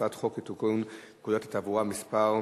הצעת חוק לתיקון פקודת התעבורה (מס'